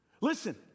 Listen